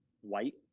white